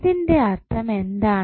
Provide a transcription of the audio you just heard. ഇതിൻറെ അർത്ഥം എന്താണ്